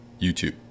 YouTube